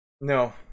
No